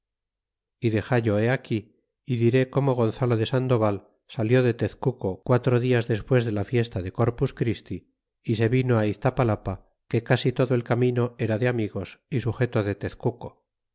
y dexallo he aquí y diré como gonzalo de sandoval salió de tezcuco quatro dias despues de la fiesta de corpus christi y se vino iztapalapa que casi todo el camino era de amigos y sujeto de tezcuco